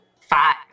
five